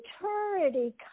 maturity